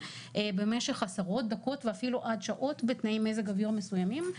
במשך עשרות דקות ואפילו עד שעות בתנאי מזג אוויר מסוימים.